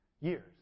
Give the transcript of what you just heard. Years